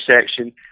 section